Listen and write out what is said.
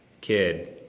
kid